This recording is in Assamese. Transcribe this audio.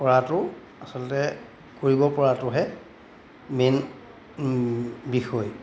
কৰাটো আচলতে কৰিব পৰাটোহে মেইন বিষয়